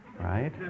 right